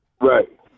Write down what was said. right